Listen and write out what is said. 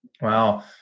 Wow